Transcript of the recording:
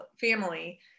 family